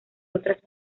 otras